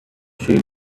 she